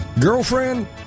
girlfriend